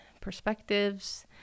perspectives